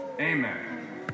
Amen